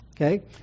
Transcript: okay